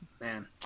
Man